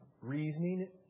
reasoning